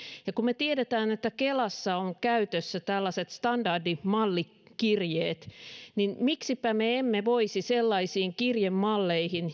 ja kun me tiedämme että kelassa on käytössä tällaiset standardimallikirjeet niin miksipä emme voisi sellaisiin kirjemalleihin